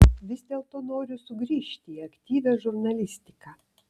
vis dėlto noriu sugrįžti į aktyvią žurnalistiką